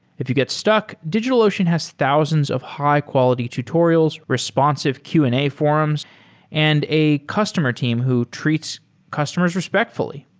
if you get stuck, digitalocean has thousands of high-quality tutorials, responsive q and a forums and a customer team who treats customers respectfully.